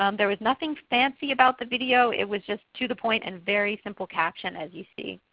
um there was nothing fancy about the video. it was just to the point and very simple captioned as you see.